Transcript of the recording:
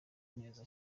neza